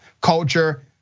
culture